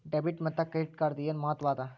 Debit ಮತ್ತ credit ಕಾರ್ಡದ್ ಏನ್ ಮಹತ್ವ ಅದ?